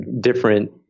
different